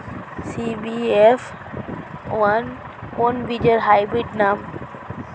CBF one কোন বীজের hybrid নাম?